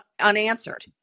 unanswered